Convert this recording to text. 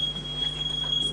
הכשרות.